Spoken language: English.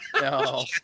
No